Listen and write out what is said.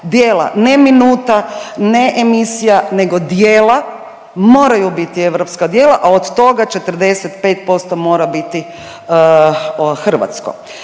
djela, ne minuta, ne emisija, nego djela moraju biti europska djela, a od toga 45% mora biti hrvatsko.